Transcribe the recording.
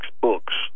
books